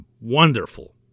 wonderful